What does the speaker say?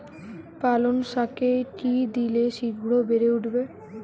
পালং শাকে কি দিলে শিঘ্র বেড়ে উঠবে?